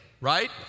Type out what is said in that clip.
right